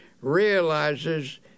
realizes